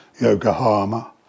Yokohama